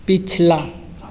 पिछला